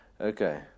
Okay